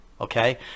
okay